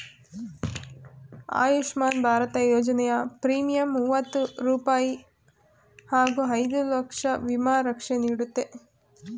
ಆಯುಷ್ಮಾನ್ ಭಾರತ ಯೋಜನೆಯ ಪ್ರೀಮಿಯಂ ಮೂವತ್ತು ರೂಪಾಯಿ ಹಾಗೂ ಐದು ಲಕ್ಷ ವಿಮಾ ರಕ್ಷೆ ನೀಡುತ್ತೆ